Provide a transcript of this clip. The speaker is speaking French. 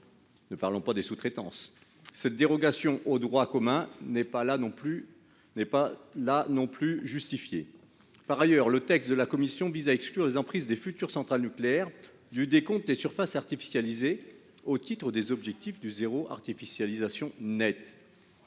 parler des sous-traitances. La dérogation au droit commun n'est donc pas justifiée. Par ailleurs, le texte de la commission vise à exclure les emprises des futures centrales nucléaires du décompte des surfaces artificialisées au titre des objectifs du « zéro artificialisation nette